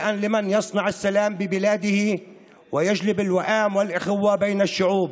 יבורך מי שעושה שלום בארצו ומביא הרמוניה ואחווה בין העמים,